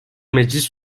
meclis